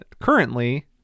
currently